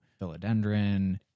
philodendron